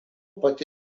pati